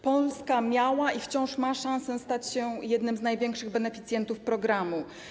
Polska miała i wciąż ma szansę stać się jednym z największych beneficjentów programu.